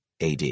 AD